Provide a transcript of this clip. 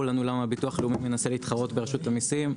לנו למה ביטוח לאומי מנסה להתחרות ברשות המיסים.